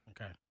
Okay